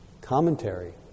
commentary